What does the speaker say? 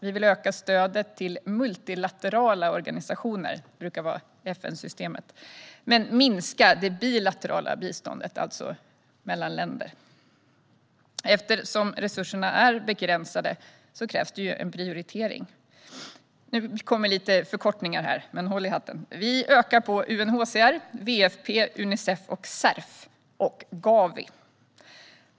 Vi vill öka stödet till multilaterala organisationer - det brukar vara FN-systemet - men minska det bilaterala biståndet, alltså biståndet mellan länder. Eftersom resurserna är begränsade krävs prioritering. Nu kommer det lite förkortningar här, så håll i hatten! Vi ökar på UNHCR, WFP, Unicef, Cerf och Gavi.